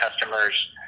customers